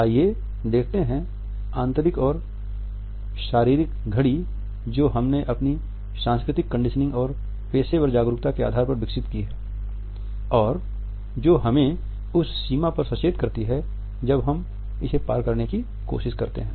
आइए देखते हैं कि आंतरिक और शारीरिक घड़ी जो हमने अपनी सांस्कृतिक कंडीशनिंग और पेशेवर जागरूकता के आधार पर विकसित की है और जो हमें उस सीमा पर सचेत करती है जब हम इसे पार करने की कोशिश करते हैं